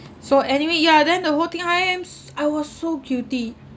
so anyway yeah then the whole trip I ams I was so guilty